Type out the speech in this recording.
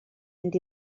mynd